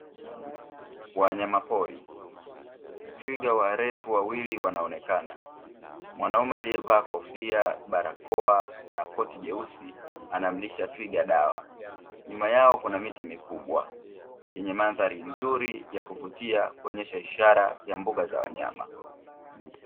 Wanyama pori, twiga warefu wawili wanaonekana, mwanaume aliyevaa kofia, barakoa na koti jeusi anamlisha twiga dawa, nyuma yao kuna miti mikubwa yenye mandhari nzuri ya kuvutia kuonyesha ishara ya mbuga za wanyama.